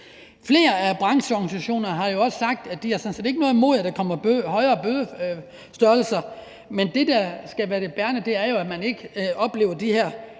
Flere af brancheorganisationerne har jo også sagt, at de sådan set ikke har noget imod, at der kommer højere bøder, men det, der skal være det bærende, er, at man ikke oplever de her